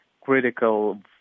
critical